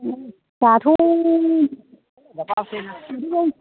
दाथ'